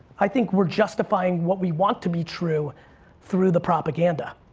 i think we're justifying what we want to be true through the propaganda.